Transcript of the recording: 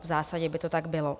V zásadě by to tak bylo.